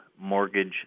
Mortgage